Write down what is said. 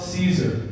Caesar